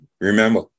remember